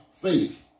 Faith